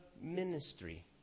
ministry